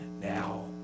now